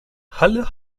halle